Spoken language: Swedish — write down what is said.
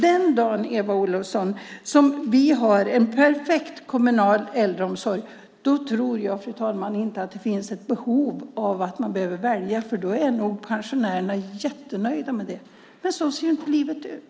Den dag, Eva Olofsson, som vi har en perfekt kommunal äldreomsorg tror jag inte att det finns ett behov att välja, för då är nog pensionärerna jättenöjda. Men så ser inte livet ut.